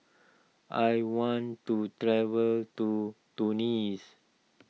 I want to travel to Tunis